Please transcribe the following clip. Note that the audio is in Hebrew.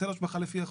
היטל השבחה לפי החוק,